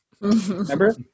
Remember